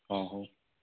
ହଁ ହଉ